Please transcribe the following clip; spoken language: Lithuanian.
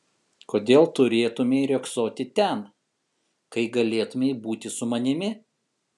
kodėl turėtumei riogsoti ten kai galėtumei būti su manimi